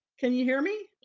can you hear me?